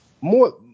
more